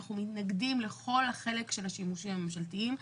אנחנו מתנגדים לכל החלק של השימושים הממשלתיים.